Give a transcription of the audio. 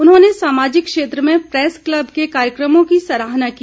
उन्होंने सामाजिक क्षेत्र में प्रैस क्लब के कार्यक्रमों की सराहना की